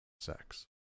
sex